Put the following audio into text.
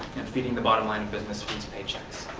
and feeding the bottom line of business means paychecks.